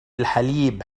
الحليب